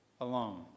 alone